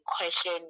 question